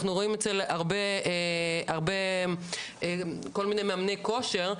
אנחנו רואים אצל הרבה כל מיני מאמני כושר,